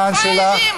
נשמעו.